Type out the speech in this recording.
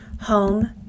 home